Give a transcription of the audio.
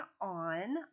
on